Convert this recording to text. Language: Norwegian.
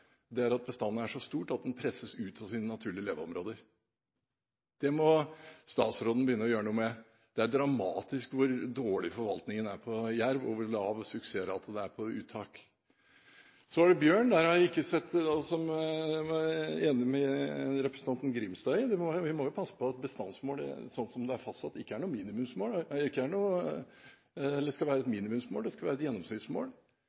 at bestanden er så stor at den presses ut av sine naturlige leveområder. Det må statsråden begynne å gjøre noe med. Det er dramatisk hvor dårlig forvaltningen av jerv er, og hvor lav suksessrate det er på uttak. Så er det bjørn. Der er jeg enig med representanten Grimstad: Vi må passe på at bestandsmålet, sånn som det er fastsatt, ikke skal være et minimumsmål. Det skal være et gjennomsnittsmål. Det er en del instrukser til rovviltnemndene som gjør at det faktisk egentlig praktiseres som et